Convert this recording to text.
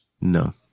No